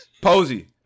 Posey